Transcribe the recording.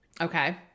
Okay